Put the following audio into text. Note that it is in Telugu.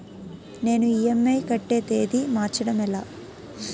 నేను ఇ.ఎం.ఐ కట్టే తేదీ మార్చడం ఎలా?